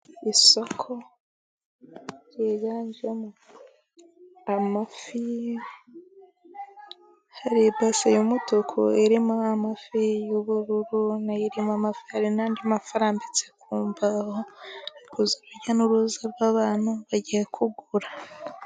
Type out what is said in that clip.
Isoko ryiganjemo amafi. Hari ibase y'umutuku irimo amafi, iy'ubururu nayo irimo amafi, hari n'andi mafi arambitse ku mbaho, urujya n'uruza rw'abantu bagiye kugura.